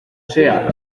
sea